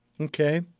Okay